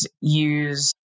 use